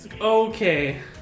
Okay